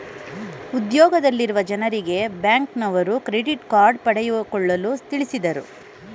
ಉದ್ಯೋಗದಲ್ಲಿರುವ ಜನರಿಗೆ ಬ್ಯಾಂಕ್ನವರು ಕ್ರೆಡಿಟ್ ಕಾರ್ಡ್ ಪಡೆದುಕೊಳ್ಳಲು ತಿಳಿಸಿದರು